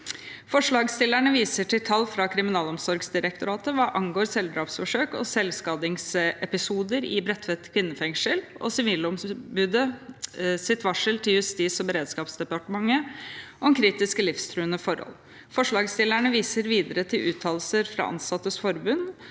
Forslagsstillerne viser til tall fra Kriminalomsorgsdirektoratet hva angår selvdrapsforsøk og selvskadingsepisoder i Bredtveit kvinnefengsel og Sivilombudets varsel til Justis- og beredskapsdepartementet om kritiske livstruende forhold. Forslagsstillerne viser videre til uttalelser fra ansattes forbund